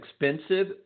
expensive